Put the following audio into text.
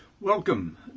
Welcome